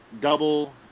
Double